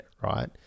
right